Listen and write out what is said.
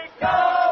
go